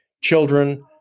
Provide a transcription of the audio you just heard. children